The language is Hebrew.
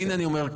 אז הינה אני אומר,